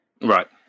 right